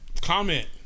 Comment